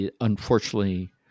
Unfortunately